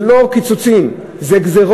זה לא קיצוצים, זה גזירות.